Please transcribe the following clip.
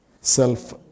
Self